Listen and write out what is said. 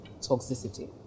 toxicity